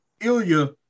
Ilya